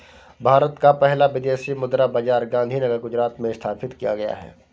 भारत का पहला विदेशी मुद्रा बाजार गांधीनगर गुजरात में स्थापित किया गया है